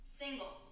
single